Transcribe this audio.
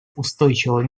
устойчивого